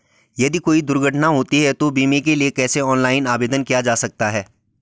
यदि कोई दुर्घटना होती है तो बीमे के लिए कैसे ऑनलाइन आवेदन किया जा सकता है?